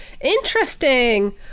interesting